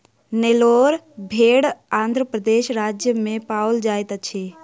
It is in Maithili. नेल्लोर भेड़ आंध्र प्रदेश राज्य में पाओल जाइत अछि